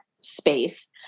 space